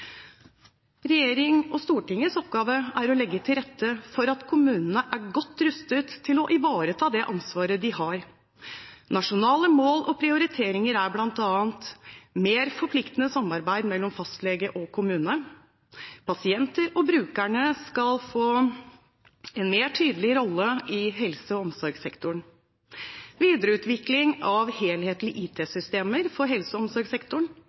og Stortingets oppgave er å legge til rette for at kommunene er godt rustet til å ivareta det ansvaret de har. Nasjonale mål og prioriteringer er bl.a. mer forpliktende samarbeid mellom fastlege og kommune. Pasienter og brukere skal få en tydeligere rolle i helse- og omsorgssektoren. Videreutvikling av helhetlige IT-systemer for helse- og omsorgssektoren